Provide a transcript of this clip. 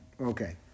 Okay